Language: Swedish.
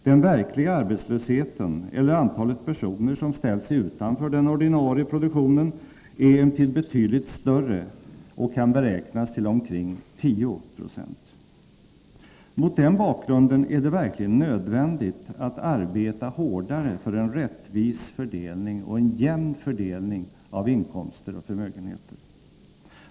Den verkliga arbetslösheten, eller antalet personer som ställts utanför den ordinarie produktionen, är emellertid betydligt större och kan beräknas till omkring 10 90. Mot den bakgrunden är det verkligen nödvändigt att arbeta hårdare för en rättvis fördelning och en jämn fördelning av inkomster och förmögenheter.